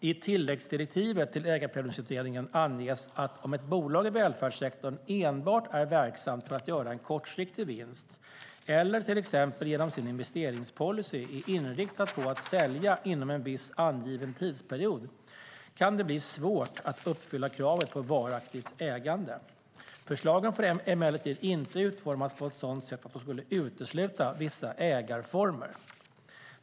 I tilläggsdirektivet till Ägarprövningsutredningen anges att om ett bolag i välfärdssektorn enbart är verksamt för att göra en kortsiktig vinst eller till exempel genom sin investeringspolicy är inriktat på att sälja inom en viss angiven tidsperiod kan det bli svårt att uppfylla kravet på varaktigt ägande. Förslagen får emellertid inte utformas på ett sådant sätt att de skulle kunna utesluta vissa ägarformer.